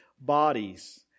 bodies